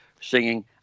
singing